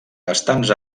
bastants